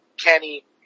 Kenny